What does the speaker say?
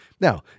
Now